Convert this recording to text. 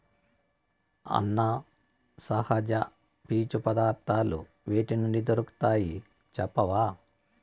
అన్నా, సహజ పీచు పదార్థాలు వేటి నుండి దొరుకుతాయి చెప్పవా